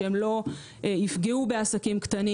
שלא יפגעו בעסקים קטנים.